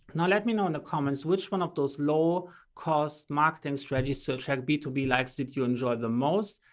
now let me know in the comments, which one of those low cost marketing strategies to attract b two b likes did you enjoy the most?